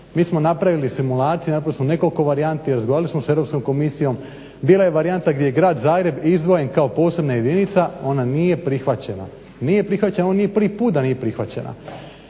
mi smo napravili simulacije, napravili smo nekoliko varijanti, razgovarali smo s Europskom komisijom. Bila je varijanta gdje je Grad Zagreb izdvojen kao posebna jedinica, ona nije prihvaćena. Ovo nije prvi put da nije prihvaćena.